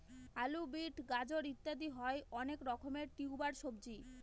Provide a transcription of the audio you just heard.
আলু, বিট, গাজর ইত্যাদি হয় অনেক রকমের টিউবার সবজি